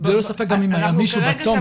ללא ספק גם אם היה מישהו בצומת.